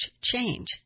change